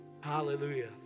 Hallelujah